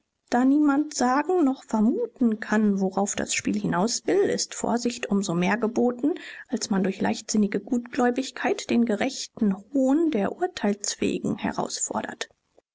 da niemand sagen noch vermuten kann worauf das spiel hinaus will ist vorsicht um so mehr geboten als man durch leichtsinnige gutgläubigkeit den gerechten hohn der urteilsfähigen herausfordert